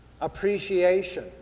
appreciation